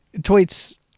tweets